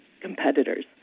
competitors